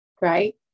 right